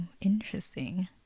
Interesting